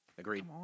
Agreed